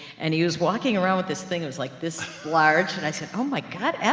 and he was walking around with this thing. it was like this large. and i said, oh my god, yeah